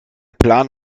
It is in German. plan